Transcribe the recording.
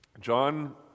John